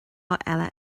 eile